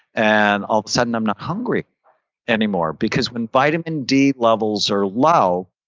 and ah a sudden i'm not hungry anymore because when vitamin d levels are low,